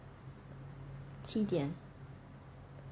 七点